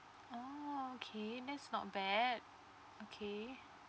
okay that's not bad okay